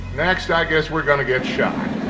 next i guess we're gonna get shot.